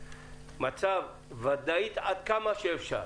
מצב ודאית עד כמה שאפשר?